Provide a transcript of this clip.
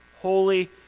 holy